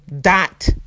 dot